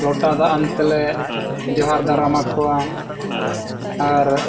ᱞᱚᱴᱟ ᱫᱟᱜ ᱟᱱ ᱛᱮᱞᱮ ᱡᱚᱦᱟᱨ ᱫᱟᱨᱟᱢ ᱟᱠᱚᱣᱟ ᱟᱨ